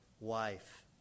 wife